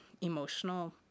emotional